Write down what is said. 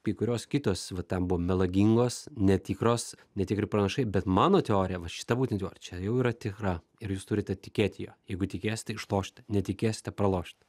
kai kurios kitos va ten buvo melagingos netikros netikri pranašai bet mano teorija va šita būtent jau čia jau yra tikra ir jūs turite tikėti ja jeigu tikėsite išlošite netikėsite pralošit